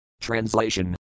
Translation